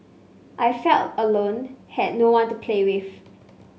I felt alone had no one to play with